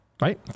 right